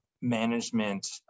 management